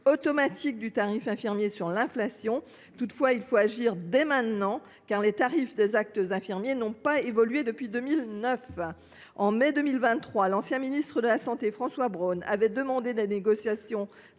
automatique du tarif infirmier sur l’inflation. Pour autant, il faut agir dès maintenant, car les tarifs des actes infirmiers n’ont pas évolué depuis 2009. En mai 2023, l’ancien ministre de la santé, François Braun, avait ainsi demandé des négociations